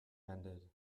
ended